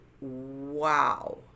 wow